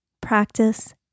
practice